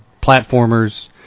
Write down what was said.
platformers